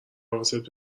حواست